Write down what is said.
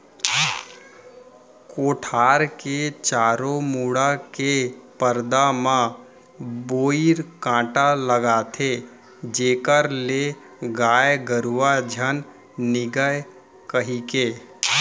कोठार के चारों मुड़ा के परदा म बोइर कांटा लगाथें जेखर ले गाय गरुवा झन निगय कहिके